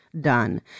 done